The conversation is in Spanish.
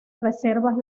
reservas